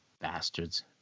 Bastards